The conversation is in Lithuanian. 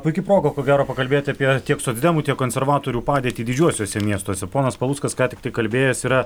puiki proga ko gero pakalbėti apie tiek socdemų tiek konservatorių padėtį didžiuosiuose miestuose ponas paluckas ką tik tai kalbėjęs yra